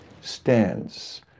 stands